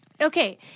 Okay